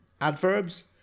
adverbs